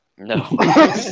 No